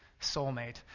soulmate